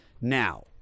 Now